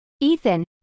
Ethan